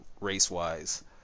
race-wise